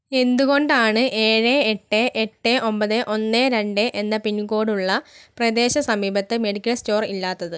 എന്തുകൊണ്ടാണ് ഏഴ് എട്ട് എട്ട് ഒമ്പത് ഒന്ന് രണ്ട് എന്ന പിൻകോഡ് ഉള്ള പ്രദേശ സമീപത്ത് മെഡിക്കൽ സ്റ്റോർ ഇല്ലാത്തത്